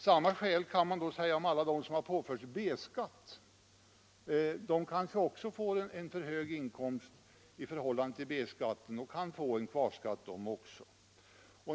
Samma skäl kan då anföras av alla dem som har påförts B-skatt. De kanske får för hög inkomst i förhållande till B-skatten och sålunda får en kvarskatt.